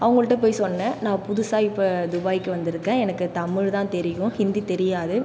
அவங்கள்கிட்ட போய் சொன்னேன் நான் புதுசாக இபபோ துபாய்க்கு வந்திருக்கேன் எனக்கு தமிழ்தான் தெரியும் ஹிந்தி தெரியாது